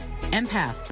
empath